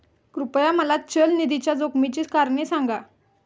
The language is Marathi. कृपया मला चल निधीच्या जोखमीची कारणे सांगा